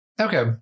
Okay